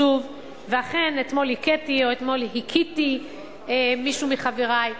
ואכן אתמול הכיתי מישהו מחברי.